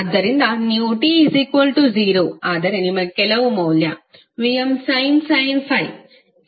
ಆದ್ದರಿಂದ ನೀವು t 0 ಆದರೆ ನಿಮಗೆ ಕೆಲವು ಮೌಲ್ಯ Vmsin ∅ಸಿಗುತ್ತದೆ